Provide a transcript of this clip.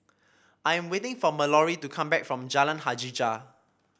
I am waiting for Malorie to come back from Jalan Hajijah